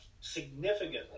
significantly